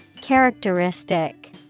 Characteristic